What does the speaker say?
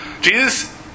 Jesus